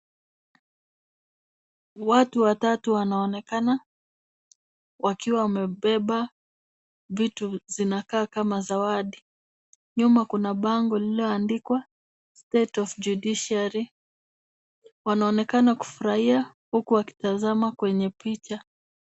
Watu watatu wanaonekana wakiwa wamebeba vitu zinakaa kama zawadi. Nyuma kuna bango lililoandikwa state of judiciary . Wanaonekana kufurahia huku wakitazama kwenye picha.